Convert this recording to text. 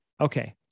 Okay